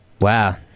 Wow